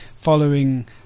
following